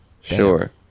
sure